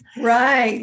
right